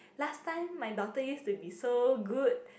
last time my daughter used to be so good